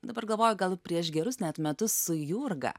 dabar galvoju gal prieš gerus net metus su jurga